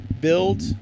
build